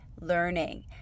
learning